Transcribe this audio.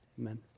Amen